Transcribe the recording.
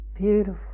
Beautiful